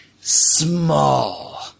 small